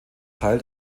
teil